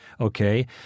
okay